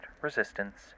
resistance